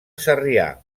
sarrià